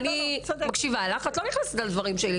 אני מקשיבה לך, ואת לא נכנסת לדברים שלי.